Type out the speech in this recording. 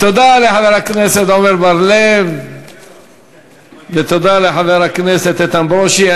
תודה לחבר הכנסת עמר בר-לב ותודה לחבר הכנסת איתן ברושי.